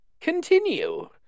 continue